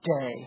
day